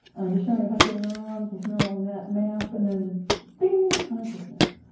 just showing a bunch of neurons, this neural net map, and then bing! consciousness.